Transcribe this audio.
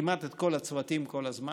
כמעט את כל הצוותים, כל הזמן.